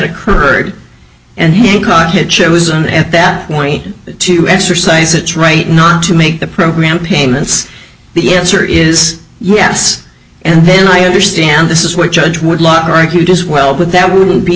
occurred and hancock had chosen at that point to exercise its right not to make the program payments the answer is yes and then i understand this is what judge would love to argue just well but that wouldn't be